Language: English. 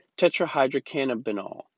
tetrahydrocannabinol